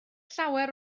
llawer